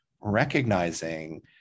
recognizing